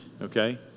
okay